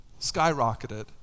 Skyrocketed